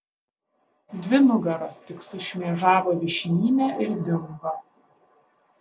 dvi nugaros tik sušmėžavo vyšnyne ir dingo